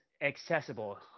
accessible